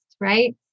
right